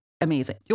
amazing